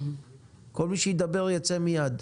כל מי שידבר, ייצא מיד.